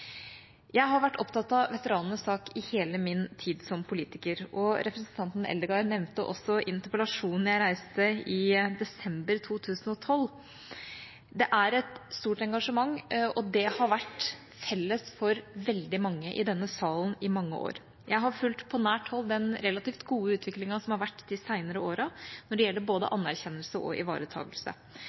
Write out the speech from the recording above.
Jeg har vært opptatt av veteranenes sak i hele min tid som politiker, og representanten Eldegard nevnte også interpellasjonen jeg reiste i desember 2012. Det er et stort engasjement, og det har vært felles for veldig mange i denne salen i mange år. Jeg har på nært hold fulgt den relativt gode utviklingen som har vært de senere årene når det gjelder både anerkjennelse og ivaretakelse.